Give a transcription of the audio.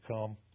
come